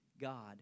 God